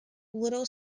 little